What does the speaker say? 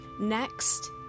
Next